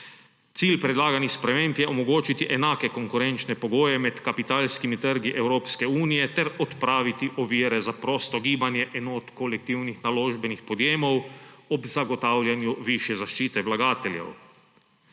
Cilj predlaganih sprememb je omogočiti enake konkurenčne pogoje med kapitalskimi trgi Evropske unije ter odpraviti ovire za prosto gibanje enot kolektivnih naložbenih podjemov ob zagotavljanju višje zaščite vlagateljev.